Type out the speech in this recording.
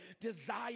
desire